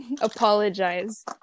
apologize